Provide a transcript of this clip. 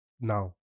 Now